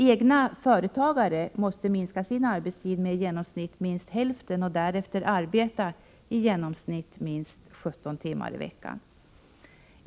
Egna företagare måste minska sin arbetstid med i genomsnitt minst hälften och därefter arbeta i genomsnitt minst 17 timmar i veckan.